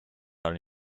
are